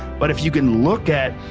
but if you can look at,